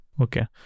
okay